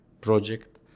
project